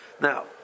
Now